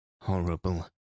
horrible